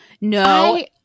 no